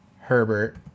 Herbert